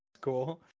Cool